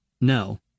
No